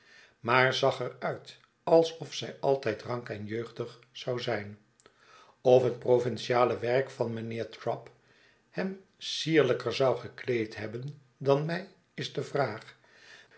maar zag er uit alsof zij altijd rank en jeugdig zou zijn of het provinciate werk van mynheer trabb hem sierlijker zou gekleed hebben dan mij is de vraag